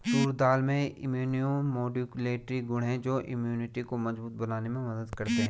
तूर दाल में immuno modulatory गुण हैं जो इम्यूनिटी को मजबूत बनाने में मदद करते है